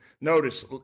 Notice